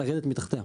לרדת מתחתיה.